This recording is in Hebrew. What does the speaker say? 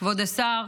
כבוד השר,